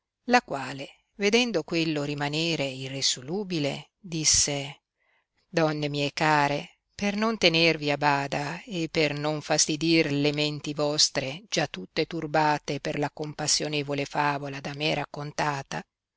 la quale vedendo quello rimanere irressolubile disse donne mie care per non tenervi a bada e per non fastidir le menti vostre già tutte turbate per la compassionevole favola da me raccontata